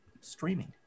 streaming